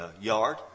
yard